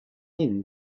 min